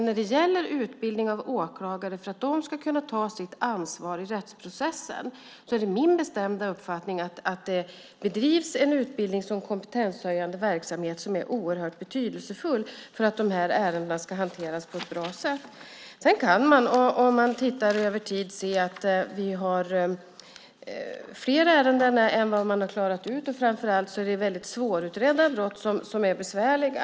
När det gäller utbildning av åklagare och för att dessa ska kunna ta sitt ansvar i rättsprocessen är det min bestämda uppfattning att det bedrivs en utbildning, en kompetenshöjande verksamhet, som är oerhört betydelsefull för att de här ärendena ska hanteras på ett bra sätt. Över tid kan man se att vi har fler ärenden än som klarats ut. Framför allt är väldigt svårutredda brott besvärliga.